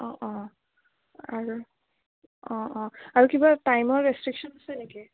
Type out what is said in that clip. অ' অ' আৰু অ' অ' আৰু কিবা টাইমৰ ৰেষ্ট্ৰিকশ্যন আছে নেকি